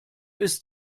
ist